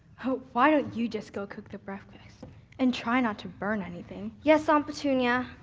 why don't you just go cook the breakfast and try not to burn anything. yes, aunt petunia.